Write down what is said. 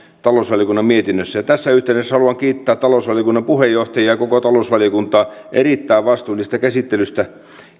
talousvaliokunnan mietinnössä ja tässä yhteydessä haluan kiittää talousvaliokunnan puheenjohtajaa ja koko talousvaliokuntaa erittäin vastuullisesta käsittelystä